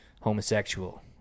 homosexual